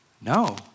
No